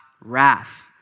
wrath